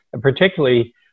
particularly